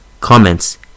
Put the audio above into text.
Comments